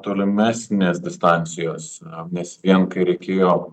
tolimesnės distancijos nes vien kai reikėjo